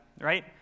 right